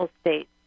state